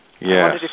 Yes